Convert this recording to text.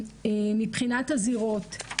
מבחינת הזירות.